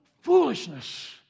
foolishness